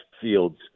Fields